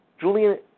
Julian